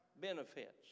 benefits